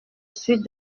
suite